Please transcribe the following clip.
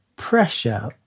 Pressure